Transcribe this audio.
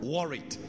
Worried